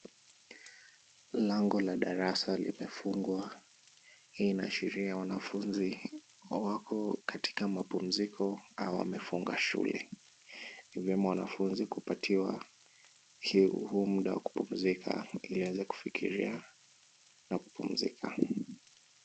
Lango la darasa limefungwa. Hii inaashiria wanafunzi wako katika mapumziko au wamefunga shule. Ni vyema wanafunzi kupatiwa huu muda wa kupumzika ili waweze kufikiria na kupumzika.